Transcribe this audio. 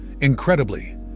Incredibly